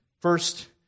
First